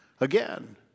Again